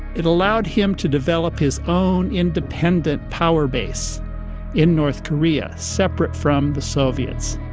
it allowed him to develop his own independent power base in north korea, separate from the soviets